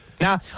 Now